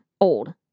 old